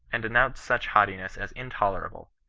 and denounce such haughtiness as intolerable,